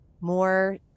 more